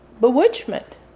bewitchment